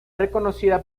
reconocida